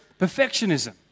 perfectionism